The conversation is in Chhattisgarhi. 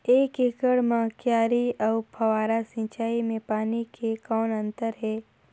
एक एकड़ म क्यारी अउ फव्वारा सिंचाई मे पानी के कौन अंतर हे?